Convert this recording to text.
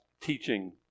teaching